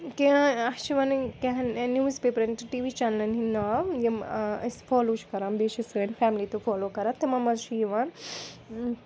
کیٚنٛہہ اَسہِ چھِ وَنٕنۍ کیٚنٛہن نِوٕز پیٚپرَن چہِ ٹی وی چَنلَن ہِنٛدۍ ناو یِم أسۍ فالو چھِ کَران بیٚیہِ چھِ سٲنۍ فیملی تہِ فالو کَران تِمَن منٛز چھِ یِوان